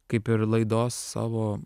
kaip ir laidos savo